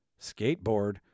skateboard